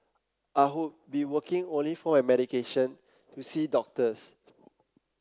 I hope be working only for my medication to see doctors